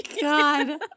God